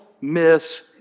miss